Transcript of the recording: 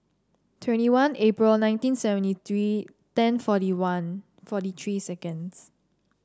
twenty one April nineteen seventy three ten forty one forty three seconds